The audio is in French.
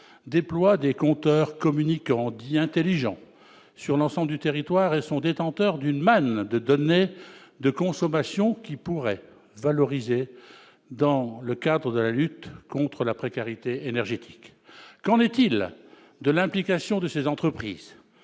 déploient des compteurs communicants dits intelligents sur l'ensemble du territoire et sont détenteurs d'une manne de données de consommation qu'ils pourraient valoriser dans le cadre de la lutte contre la précarité énergétique. Qu'en est-il de l'implication de ces entreprises